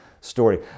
story